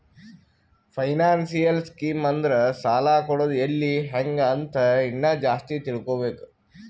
financial scheme ಅಂದುರ್ ಸಾಲ ಕೊಡದ್ ಎಲ್ಲಿ ಹ್ಯಾಂಗ್ ಅಂತ ಇನ್ನಾ ಜಾಸ್ತಿ ತಿಳ್ಕೋಬೇಕು